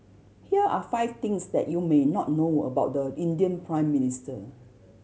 here are five things that you may not know about the Indian Prime Minister